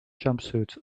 jumpsuits